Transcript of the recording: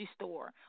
store